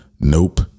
Nope